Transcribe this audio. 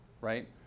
right